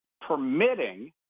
permitting